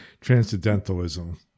transcendentalism